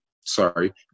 Sorry